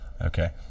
Okay